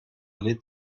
lädt